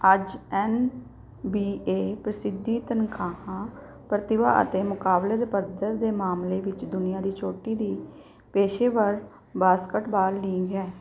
ਅੱਜ N B A ਪ੍ਰਸਿੱਧੀ ਤਨਖਾਹਾਂ ਪ੍ਰਤਿਭਾ ਅਤੇ ਮੁਕਾਬਲੇ ਦੇ ਪੱਧਰ ਦੇ ਮਾਮਲੇ ਵਿੱਚ ਦੁਨੀਆ ਦੀ ਚੋਟੀ ਦੀ ਪੇਸ਼ੇਵਰ ਬਾਸਕਟਬਾਲ ਲੀਗ ਹੈ